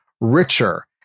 richer